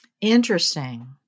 Interesting